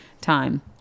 time